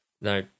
No